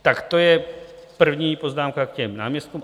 Tak to je první poznámka k těm náměstkům.